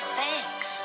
thanks